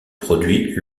produit